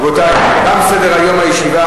רבותי, תם סדר-היום.